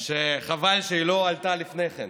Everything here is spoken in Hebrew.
שחבל שלא עלתה לפני כן.